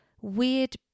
weird